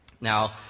Now